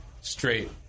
straight